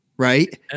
Right